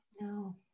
No